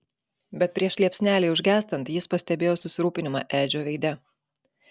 bet prieš liepsnelei užgęstant jis pastebėjo susirūpinimą edžio veide